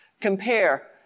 compare